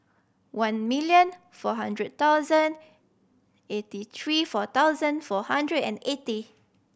one million four hundred thousand eighty three four thousand four hundred and eighty